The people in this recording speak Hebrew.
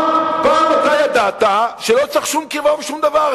פעם אתה ידעת שלא צריך שום קרבה ושום דבר.